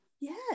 Yes